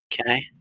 Okay